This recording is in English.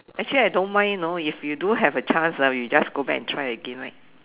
actually I don't mind you know if you do have the chance ah we just go back and try again right